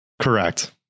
Correct